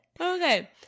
okay